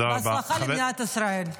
בהצלחה למדינת ישראל.